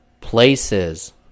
places